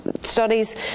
studies